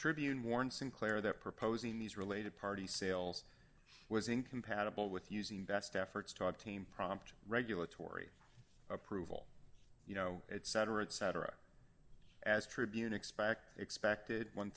tribune warns sinclair they're proposing these related party sales was incompatible with using best efforts top team prompt regulatory approval you know it's cetera et cetera as tribune expect expected one